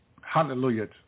Hallelujah